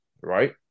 right